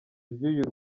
iby’uyu